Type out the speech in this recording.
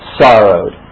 sorrowed